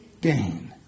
gain